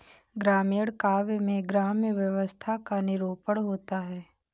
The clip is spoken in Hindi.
ग्रामीण काव्य में ग्राम्य व्यवस्था का निरूपण होता है